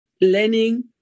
learning